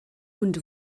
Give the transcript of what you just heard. und